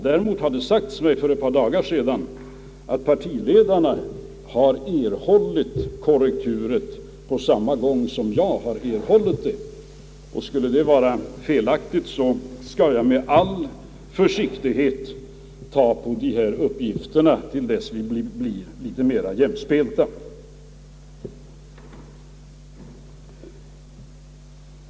För ett par dagar sedan har det sagts mig att partiledarna erhållit korrekturet på samma gång som jag, men är det felaktigt skall jag utnyttja rapportens uppgifter med all försiktighet, till dess vi blir litet mera jämspelta.